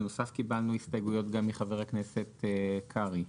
בנוסף קיבלנו הסתייגויות גם מחבר הכנסת קרעי.